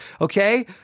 Okay